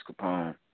Capone